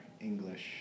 English